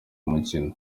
umukino